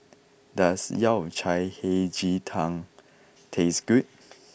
does Yao Cai Hei Ji Tang taste good